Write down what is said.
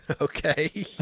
Okay